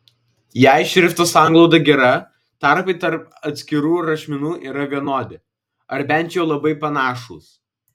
jei šrifto sanglauda gera tarpai tarp atskirų rašmenų yra vienodi ar bent jau labai panašūs